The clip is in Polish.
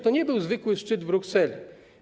To nie był zwykły szczyt w Brukseli.